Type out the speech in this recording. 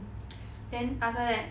then after that